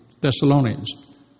Thessalonians